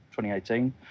2018